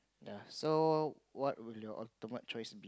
so what would your ultimate choice be